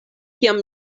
kiam